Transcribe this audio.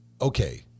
Okay